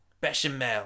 Bechamel